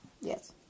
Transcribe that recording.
Yes